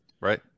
Right